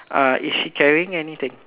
err is she carrying anything